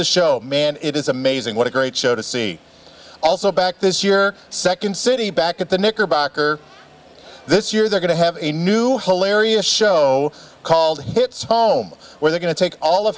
the show man it is amazing what a great show to see also back this year second city back at the knickerbocker this year they're going to have a new whole area show called hits home where they're going to take all